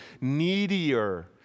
needier